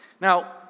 Now